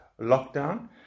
lockdown